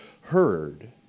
heard